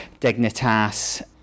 Dignitas